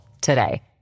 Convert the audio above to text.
today